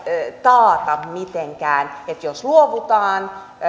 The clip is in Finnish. taata mitenkään että jos luovutaan